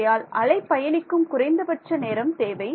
ஆகையால் அலை பயணிக்கும் குறைந்தபட்ச நேரம் தேவை